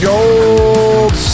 Gold